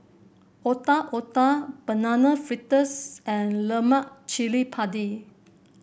Otak Otak Banana Fritters and Lemak Cili Padi